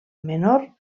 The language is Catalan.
menor